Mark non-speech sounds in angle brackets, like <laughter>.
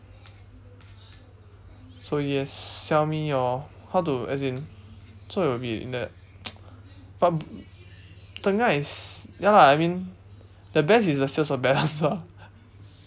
so yes sell me your how to as in so it will be in the <noise> but tengah is ya lah I mean the best is the sales of balance lah <laughs>